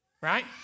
right